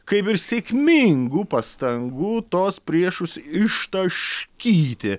kaip ir sėkmingų pastangų tuos priešus ištaškyti